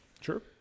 Sure